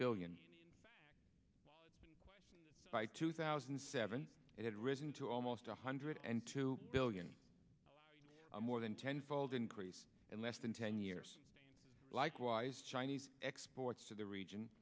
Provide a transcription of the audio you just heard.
billion by two thousand and seven it had risen to almost a hundred and two billion more than ten fold increase in less than ten years likewise chinese exports to the region